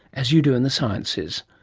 as you do in the sciences.